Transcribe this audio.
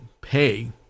pay